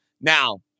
Now